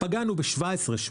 פגענו ב-17.